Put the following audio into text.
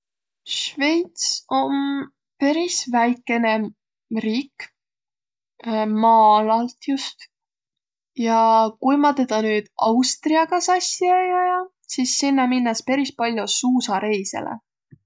Sveits om peris väikene riik, maa-alalt just, ja kui ma tedä nüüd Austriaga sassi ei ajaq, sis sinnäq minnäs peris pall'o suusareisele.